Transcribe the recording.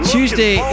Tuesday